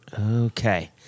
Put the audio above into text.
Okay